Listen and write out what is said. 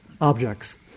objects